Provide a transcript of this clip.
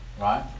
right